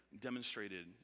demonstrated